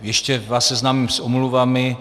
Ještě vás seznámím s omluvami.